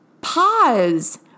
pause